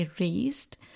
erased